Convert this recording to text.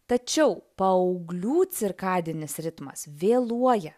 tačiau paauglių cirkadinis ritmas vėluoja